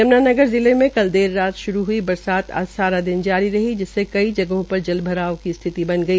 यम्नानगर जिले में कल देर रात शुरू हई बरसात आज सारा दिन जारी रही जिससे कई जगहों पर जलभ्राव की स्थिति बन गई